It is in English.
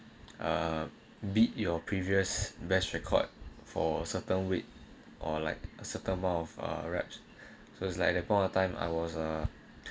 ah beat your previous best record for certain weight or like a certain amount of uh wrapped so it's like at that point of time I was a